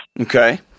Okay